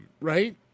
Right